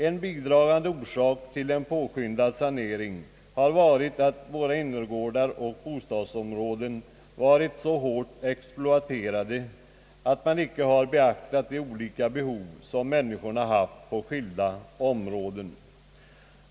En bidragande orsak till en påskyndad sanering har varit att våra innergårdar och bostadsområden har varit så hårt exploaterade, att man inte har beaktat de olika behov som människorna har haft på skilda områ den.